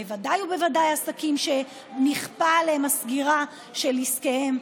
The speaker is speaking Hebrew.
בוודאי ובוודאי עסקים שנכפתה עליהם הסגירה של עסקיהם,